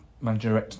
Managing